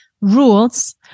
rules